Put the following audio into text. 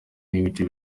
n’ibice